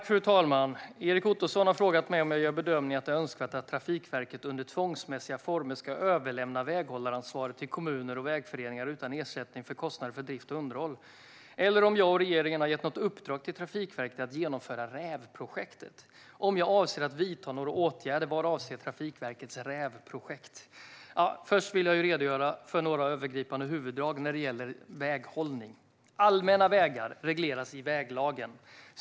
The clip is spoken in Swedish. Fru talman! Erik Ottoson har frågat mig om jag gör bedömningen att det är önskvärt att Trafikverket under tvångsmässiga former ska överlämna väghållaransvaret till kommuner och vägföreningar utan ersättning för kostnader för drift och underhåll om jag eller regeringen gett något uppdrag till Trafikverket att genomföra RÄV-projektet om jag avser att vidta några åtgärder vad avser Trafikverkets RÄV-projekt. Först vill jag kort redogöra för några övergripande huvuddrag när det gäller väghållning. Allmänna vägar regleras i väglagen.